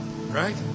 Right